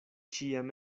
ĉiam